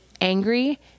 angry